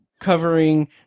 covering